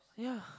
yeah